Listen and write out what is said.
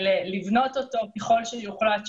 צריך לבחון, לבנות אותו ככל שיוחלט כן,